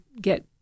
get